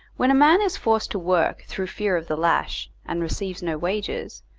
when a man is forced to work through fear of the lash, and receives no wages,